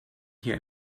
hier